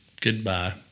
goodbye